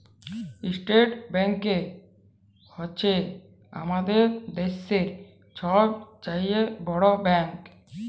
state bank হছে আমাদের দ্যাশের ছব চাঁয়ে বড় ব্যাংক